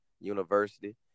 University